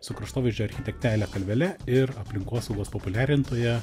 su kraštovaizdžio architekte ele kalvele ir aplinkosaugos populiarintoja